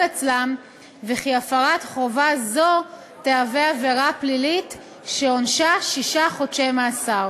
אצלם וכי הפרת חובה זו תהווה עבירה פלילית שעונשה שישה חודשי מאסר.